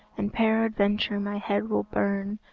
and peradventure my head will burn,